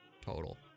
total